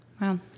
Wow